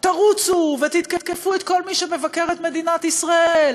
תרוצו ותתקפו את כל מי שמבקר את מדינת ישראל.